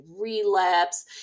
relapse